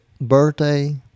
birthday